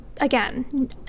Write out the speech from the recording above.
again